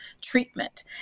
treatment